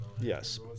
Yes